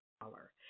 dollar